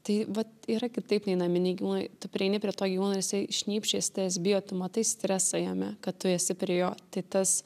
tai vat yra kitaip nei naminiai gyvūnai tu prieini prie to gyvūno jisai šnypščia jis tavęs bijo tu matai stresą jame kad tu esi prie jo tai tas